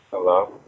Hello